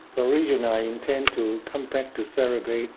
originally i intend to come back to celebrate